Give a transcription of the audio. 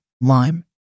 Lime